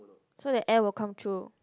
so that air will come through